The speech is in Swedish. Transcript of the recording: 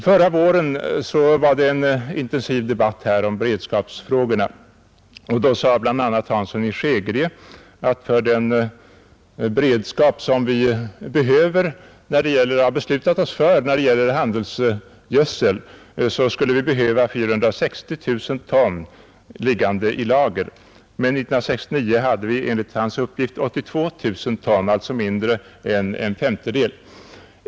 Förra våren förde vi i riksdagen en intensiv debatt om beredskapsfrågorna, och då sade bl.a. herr Hansson i Skegrie att för den beredskap som vi har beslutat att ha när det gäller handelsgödsel skulle vi behöva 460 000 ton liggande i lager. Men 1969 hade vi enligt herr Hanssons uppgift bara 82 000 ton, alltså mindre än en femtedel.